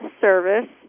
service